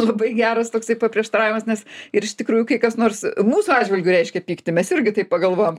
labai geras toksai paprieštaravimas nes ir iš tikrųjų kai kas nors mūsų atžvilgiu reiškia pyktį mes irgi taip pagalvojam